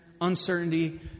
uncertainty